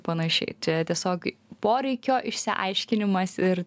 panašiai čia tiesiog poreikio išsiaiškinimas ir